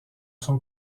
son